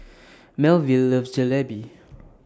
Melville loves Jalebi